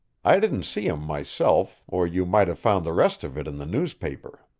i didn't see him myself, or you might have found the rest of it in the newspaper.